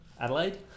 Adelaide